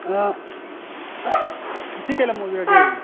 ꯑꯥ ꯁꯤ ꯀꯔꯤ ꯂꯝ ꯑꯣꯏꯕꯤꯔꯒꯦ